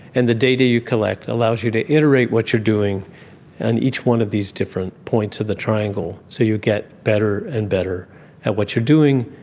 and the data you collect allows you to iterate what you're doing at and each one of these different points of the triangle, so you get better and better at what you're doing.